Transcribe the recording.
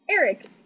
Eric